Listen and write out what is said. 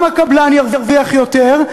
גם הקבלן ירוויח יותר,